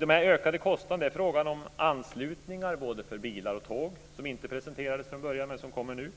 De ökade kostnaderna uppstår på grund av anslutningar för både bilar och tåg som inte presenterades från början, men som kommer nu.